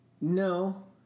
No